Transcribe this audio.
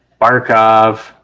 Barkov